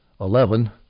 eleven